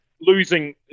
Losing